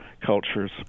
cultures